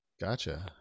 gotcha